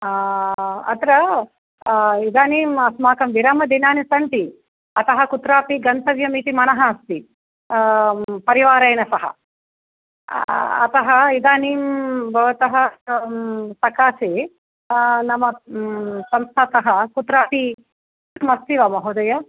अत्र इदानीम् अस्माकं विरामदिनानि सन्ति अतः कुत्रापि गन्तव्यम् इति मनः अस्ति परिवारेण सह अतः इदानीं भवतः सकाशे नाम संस्थातः कुत्रापि अस्ति वा महोदय